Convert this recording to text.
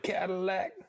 Cadillac